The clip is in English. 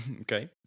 Okay